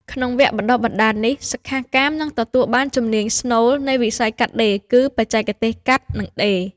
ក្នុងវគ្គបណ្តុះបណ្តាលនេះ សិក្ខាកាមនឹងទទួលបានជំនាញស្នូលនៃវិស័យកាត់ដេរ គឺ បច្ចេកទេសកាត់ និងដេរ។